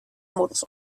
modus